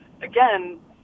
again